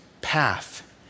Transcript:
path